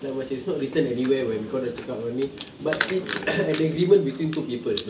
like which not written anywhere where kau ada cakap what I mean but it's an agreement between two people